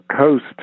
coast